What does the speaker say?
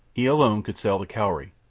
he alone could sail the cowrie,